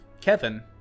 Kevin